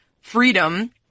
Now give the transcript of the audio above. freedom